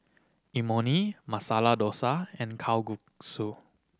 Imoni Masala Dosa and Kalguksu